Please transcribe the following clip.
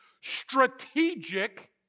strategic